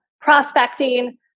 prospecting